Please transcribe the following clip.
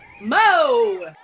Mo